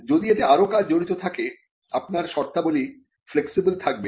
যদি এতে আরও কাজ জড়িত থাকে আপনার শর্তাবলী ফ্লেক্সিবল থাকবে